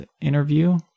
interview